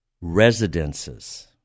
residences